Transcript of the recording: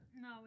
no